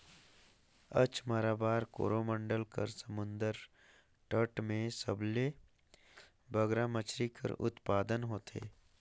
कच्छ, माराबार, कोरोमंडल कर समुंदर तट में सबले बगरा मछरी कर उत्पादन होथे